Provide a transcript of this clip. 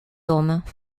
hommes